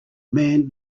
man